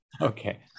Okay